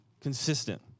consistent